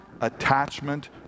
attachment